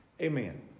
Amen